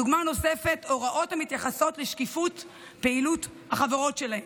דוגמה נוספת היא הוראות המתייחסות לשקיפות פעילות החברות שלהן,